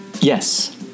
Yes